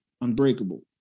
unbreakable